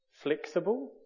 flexible